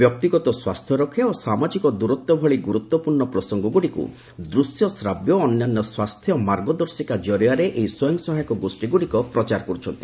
ବ୍ୟକ୍ତିଗତ ସ୍ୱାସ୍ଥ୍ୟରକ୍ଷା ଓ ସାମାଜିକ ଦୂରତ୍ୱ ଭଳି ଗୁରୁତ୍ୱପୂର୍ଣ୍ଣ ପ୍ରସଙ୍ଗଗୁଡ଼ିକୁ ଦୃଶ୍ୟଶ୍ରାବ୍ୟ ଓ ଅନ୍ୟାନ୍ୟ ସ୍ୱାସ୍ଥ୍ୟ ମାର୍ଗଦର୍ଶିକା କରିଆରେ ଏହି ସ୍ୱୟଂ ସହାୟକ ଗୋଷ୍ଠୀଗୁଡ଼ିକ ପ୍ରଚାର କର୍ତ୍ଥନ୍ତି